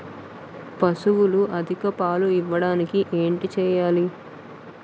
పశువులు అధిక పాలు ఇవ్వడానికి ఏంటి చేయాలి